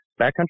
backcountry